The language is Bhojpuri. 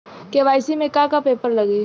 के.वाइ.सी में का का पेपर लगी?